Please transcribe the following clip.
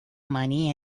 money